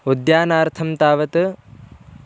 उद्यानार्थं तावत्